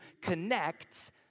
connect